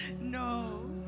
No